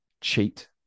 cheat